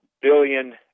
billion